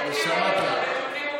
נשמה טובה.